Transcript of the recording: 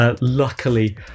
Luckily